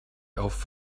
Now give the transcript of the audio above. auf